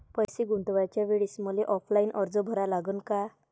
पैसे गुंतवाच्या वेळेसं मले ऑफलाईन अर्ज भरा लागन का?